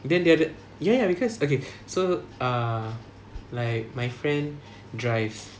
then there are the ya ya because okay so err like my friend drive